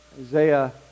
Isaiah